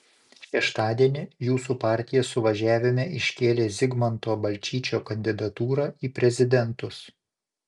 šeštadienį jūsų partija suvažiavime iškėlė zigmanto balčyčio kandidatūrą į prezidentus